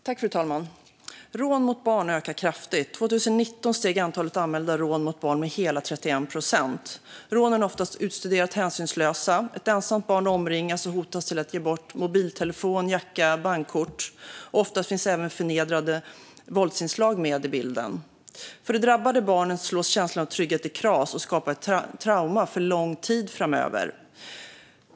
Fru talman! Rån mot barn ökar kraftigt. År 2019 steg antalet anmälda rån mot barn med hela 31 procent. Rånen är oftast utstuderat hänsynslösa: Ett ensamt barn omringas och hotas till att ge bort mobiltelefon, jacka och bankkort. Ofta finns även förnedrande våldsinslag med i bilden. För de drabbade barnen slås känslan av trygghet i kras, och det skapas ett trauma för lång tid framöver.